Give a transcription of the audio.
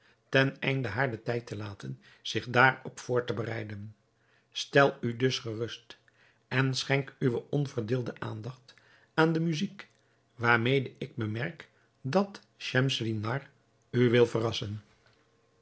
gesnedenen teneinde haar den tijd te laten zich daarop voor te bereiden stel u dus gerust en schenk uwe onverdeelde aandacht aan de muzijk waarmede ik bemerk dat schemselnihar u wil verrassen